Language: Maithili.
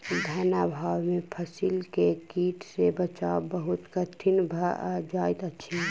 धन अभाव में फसील के कीट सॅ बचाव बहुत कठिन भअ जाइत अछि